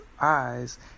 eyes